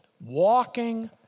Walking